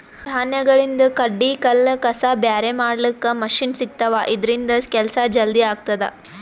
ಧಾನ್ಯಗಳಿಂದ್ ಕಡ್ಡಿ ಕಲ್ಲ್ ಕಸ ಬ್ಯಾರೆ ಮಾಡ್ಲಕ್ಕ್ ಮಷಿನ್ ಸಿಗ್ತವಾ ಇದ್ರಿಂದ್ ಕೆಲ್ಸಾ ಜಲ್ದಿ ಆಗ್ತದಾ